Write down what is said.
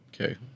Okay